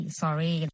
sorry